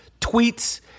tweets